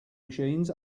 machines